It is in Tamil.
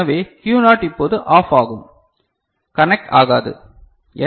எனவே Q னாட் இப்போது ஆஃப் ஆகும் கண்டக்ட் ஆகாது